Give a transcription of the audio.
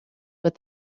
but